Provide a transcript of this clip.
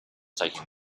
taking